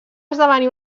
esdevenir